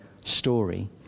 story